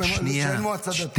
זה רק כשאין מועצה דתית -- שנייה,